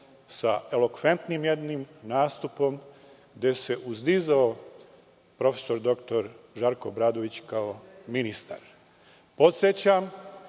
sa elokventnim jednim nastupom gde se uzdizao prof. Dr Žarko Obradović kao ministar. Podsećam